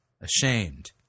ashamed